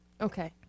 Okay